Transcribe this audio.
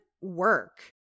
Work